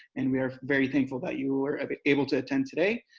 and we are very thankful that you were but able to attend today.